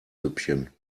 süppchen